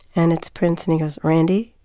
and it's prince. and he goes, randee,